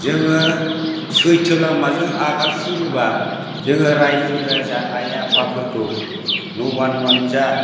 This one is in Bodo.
जोङो सैथो लामाजों आगान सुरोबा जोङो राइजो राजा आइ आफाफोरखौ नबान न'आनो जा